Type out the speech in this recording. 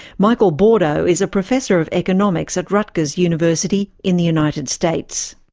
michael bordo is a professor of economics at rutgers university in the united states.